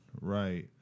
right